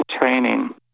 training